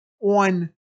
on